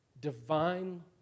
Divine